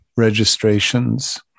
registrations